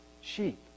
sheep